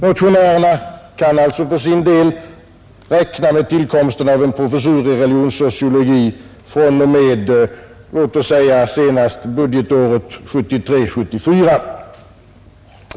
Motionärerna kan alltså för sin del räkna med tillkomsten av en professur i religionssociologi fr.o.m. låt oss säga senast budgetåret 1973/74.